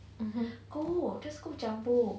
mmhmm